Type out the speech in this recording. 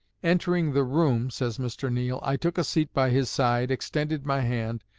entering the room, says mr. neill, i took a seat by his side, extended my hand,